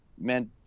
meant